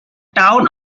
town